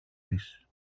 της